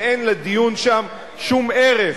שאין לדיון שם שום ערך.